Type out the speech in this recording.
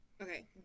Okay